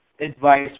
advice